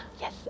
Yes